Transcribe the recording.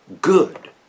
good